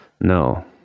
No